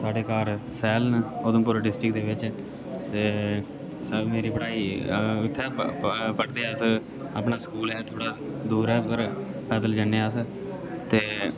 साढे़ घर सैल न उधमपुर डिस्ट्रिक दे बिच्च ते सर मेरी पढ़ाई उत्थै पढ़दे अस अपना स्कूल ऐ थोह्ड़ा दूरै उप्पर पैदल जन्ने अस ते